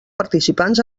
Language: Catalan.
participants